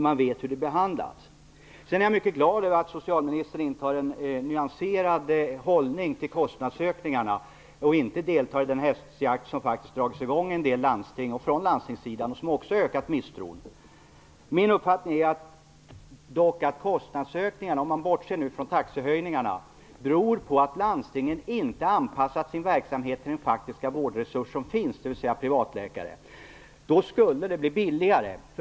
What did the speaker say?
Jag är mycket glad över att socialministern intar en nyanserad hållning till kostnadsökningarna och inte deltar i den häxjakt som faktiskt dragits i gång i en del landsting - från landstingssidan - som också ökat misstron. Om man bortser från taxehöjningarna är min uppfattning att kostnadsökningarna beror på att landstingen inte anpassat sin verksamhet till de faktiska vårdresurs som finns, dvs. privatläkarna. Då skulle det bli billigare.